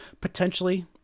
potentially